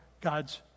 God's